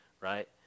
right